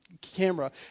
camera